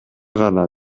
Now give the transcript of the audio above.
гана